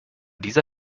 dieser